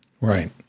Right